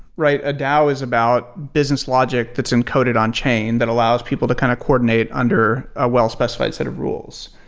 right? a dao is about business logic that's encoded on chain that allows people to kind of coordinate under a well-specified set of rules.